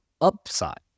upside